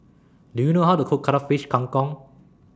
Do YOU know How to Cook Cuttlefish Kang Kong